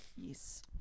yes